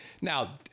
Now